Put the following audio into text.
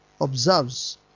observes